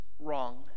Wrong